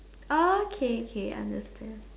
oh okay okay understand